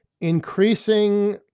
increasing